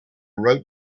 wrote